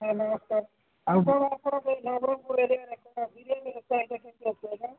ହଁ ନମସ୍କାର ଆଉ ଆପଣ ଆପଣଙ୍କର ନବରଙ୍ଗପୁର ଏରିଆରେ କ'ଣ ବିରିୟାନୀ ଅଛି ଆଜ୍ଞା